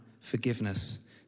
forgiveness